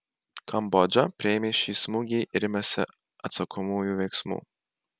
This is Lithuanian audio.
kambodža priėmė šį smūgį ir imasi atsakomųjų veiksmų